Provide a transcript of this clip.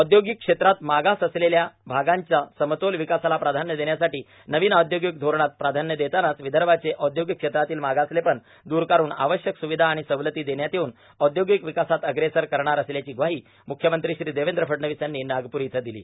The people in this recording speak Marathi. औदर्योगिक क्षेत्रात मागास असलेल्या भागांच्या समतोल र्विकासाला प्राधान्य देण्यासाठां नवीन औदर्योगक धोरणात प्राधान्य देतांनाच र्विदभाचे औदर्योगक क्षेत्रातील मागासलेपण द्र करुन आवश्यक स्रावधा र्आण सवलती देण्यात येऊन औदर्योगक ावकासात अग्रेस करणार असल्याची ग्वाहो मुख्यमंत्री श्री देवद्र फडणवीस यांनी नागपूर इथं दिलो